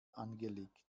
angelegt